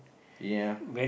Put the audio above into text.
ya